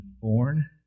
born